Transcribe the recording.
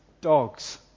dogs